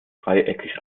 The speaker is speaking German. dreieckig